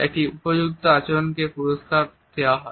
একটি উপযুক্ত আচরণকে পুরষ্কার দেওয়া হয়